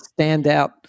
standout